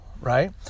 Right